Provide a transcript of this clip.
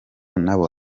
nabo